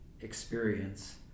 experience